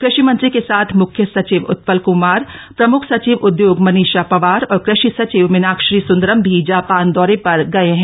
कृशि मंत्री के साथ मुख्य सचिव उत्पल कृमार प्रमुख सचिव उद्योग मनीशा पंवार और कृशि सचिव मीनाक्षी सुंदरम भी जापान दौरे पर गये हैं